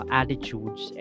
attitudes